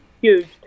huge